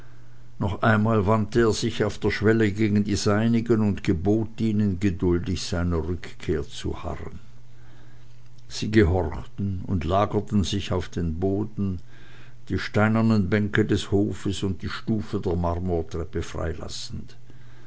noch einmal wandte er sich auf der schwelle gegen die seinigen und gebot ihnen geduldig seiner rückkehr zu harren sie gehorchten und lagerten sich demütig auf den boden die steinernen bänke des hofes und die stufen der marmortreppe frei